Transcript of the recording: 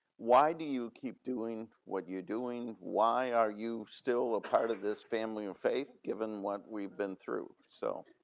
why do you keep doing what you doing? why are you still a part of this family and faith given what we've been through? so